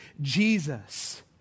Jesus